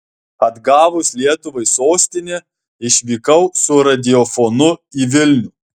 atgavus lietuvai sostinę išvykau su radiofonu į vilnių